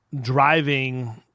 driving